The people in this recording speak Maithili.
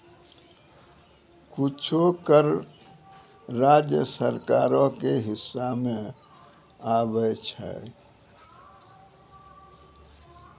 कुछो कर राज्य सरकारो के हिस्सा मे आबै छै